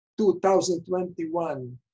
2021